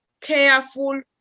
careful